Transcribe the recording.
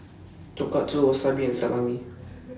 Tonkatsu Wasabi and Salami